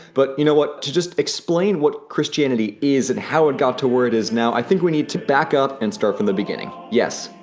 but you know what, to just explain what christianity is and how it got to where it is now, i think we need to back up and start from the beginning. yes,